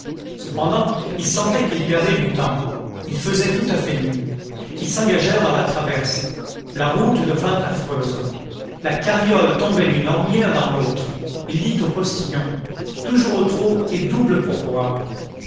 cependant il sentait qu'il perdait du temps il faisait tout à fait nuit ils s'engagèrent dans la traverse la route devint affreuse la carriole tombait d'une ornière dans l'autre il dit au postillon toujours au trot et double